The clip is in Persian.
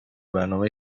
برنامه